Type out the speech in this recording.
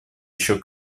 еще